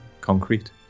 concrete